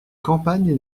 campagne